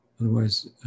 Otherwise